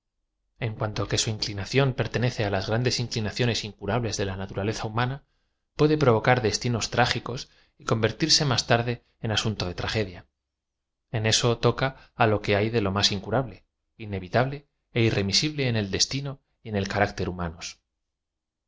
en cuanto que su íaclínación pertenece las grandes in eli daciones incurables de la naturaleza hamana puede provocar destinos trágicos y coutertirse máa tarde en asunto de tragedia en eso toca á lo que hay de más incurable inevitable é irre misible en el destino y en el carácter